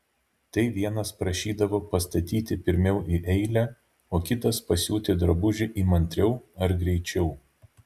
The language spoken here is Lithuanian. tai vienas prašydavo pastatyti pirmiau į eilę o kitas pasiūti drabužį įmantriau ar greičiau